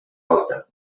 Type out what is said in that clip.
alta